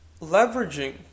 leveraging